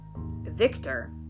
Victor